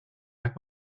pack